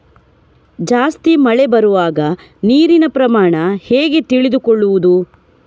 ಜಾಸ್ತಿ ಮಳೆ ಬರುವಾಗ ನೀರಿನ ಪ್ರಮಾಣ ಹೇಗೆ ತಿಳಿದುಕೊಳ್ಳುವುದು?